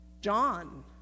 John